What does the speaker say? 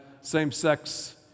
same-sex